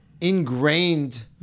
ingrained